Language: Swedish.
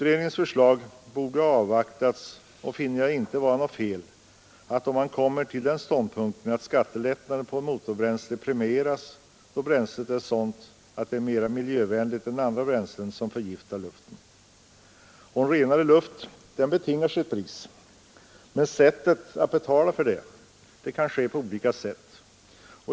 Jag skulle inte anse att det vore fel om utredningen kommer till den ståndpunkten att skattelättnader för motorbränsle bör medges då bränslet är sådant att det är mera miljövänligt än andra bränslen, som förgiftar luften. En renare luft betingar sitt pris. Man kan betala det på olika sätt.